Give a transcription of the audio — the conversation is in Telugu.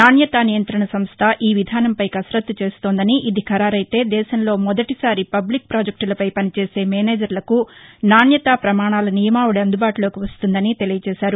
నాణ్యతా నియంతణ సంస్ట ఈ విధానంపై కసరత్తు చేస్తోందని ఇది ఖరారయితే దేశంలో మొదటి సారి పబ్లిక్ పాజెక్యులపై పనిచేసే మేనేజర్లకు నాణ్యతా ప్రమాణాల నియమావళి అందుబాటులోకి వస్తుందని తెలియచేశారు